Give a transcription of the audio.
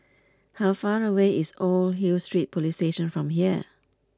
how far away is Old Hill Street Police Station from here